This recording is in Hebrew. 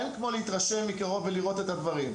אין כמו להתרשם מקרוב ולראות את הדברים.